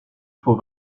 faut